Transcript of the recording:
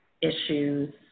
issues